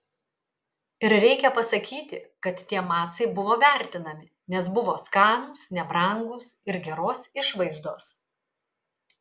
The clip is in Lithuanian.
ir reikia pasakyti kad tie macai buvo vertinami nes buvo skanūs nebrangūs ir geros išvaizdos